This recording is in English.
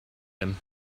him